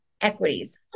Equities